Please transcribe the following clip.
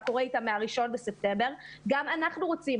קורה איתם בראשון לספטמבר גם אנחנו רוצים.